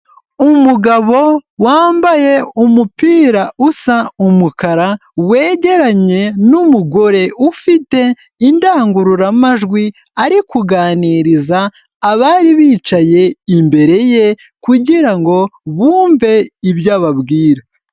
Umugabo wambaye umupira usa umukara, wegeranye n'umugore ufite indangururamajwi ari kuganiriza abari bicaye imbere ye kugira ngo bumve ibyo ababwira.